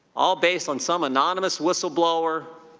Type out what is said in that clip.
all based on some anonymous whistleblower,